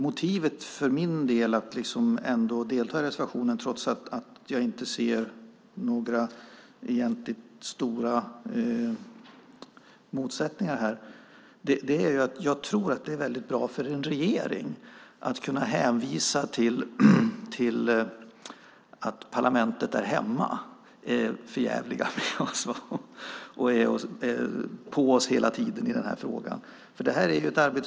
Motivet för min del att delta i reservationen trots att jag inte ser några egentligt stora motsättningar här är att jag tror att det är väldigt bra för en regering att kunna hänvisa till parlamentet där hemma och säga: De är för djävliga och är på oss hela tiden i den här frågan.